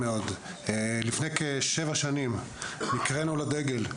לפני כשבע שנים נקראנו לדגל,